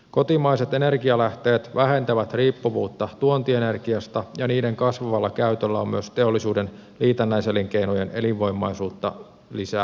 kotimaiset energianlähteet vähentävät riippuvuutta tuontienergiasta ja niiden kasvavalla käytöllä on myös teollisuuden liitännäiselinkeinojen elinvoimaisuutta lisäävä vaikutus